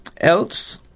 Else